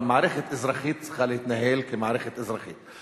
אבל מערכת אזרחית צריכה להתנהל כמערכת אזרחית.